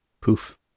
Poof